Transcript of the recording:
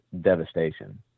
devastation